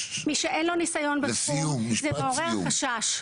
מי שאין לו ניסיון זה מעורר חשש.